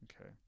okay